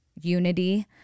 unity